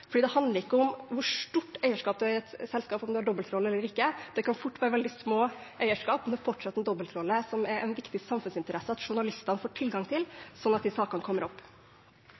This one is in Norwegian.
om man har dobbeltrolle eller ikke, handler ikke om hvor stort eierskap man har i et selskap. Det kan fort være veldig små eierskap, men det er fortsatt en dobbeltrolle som det er av viktig samfunnsinteresse at journalistene får tilgang til, slik at de sakene kommer opp.